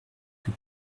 que